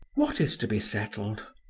what is to be settled?